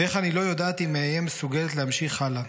/ ואיך אני לא יודעת אם אהיה מסוגלת להמשיך הלאה.